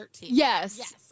Yes